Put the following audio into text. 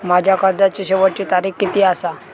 माझ्या कर्जाची शेवटची तारीख किती आसा?